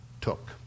took